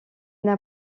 n’a